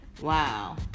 Wow